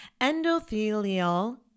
endothelial